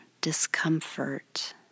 discomfort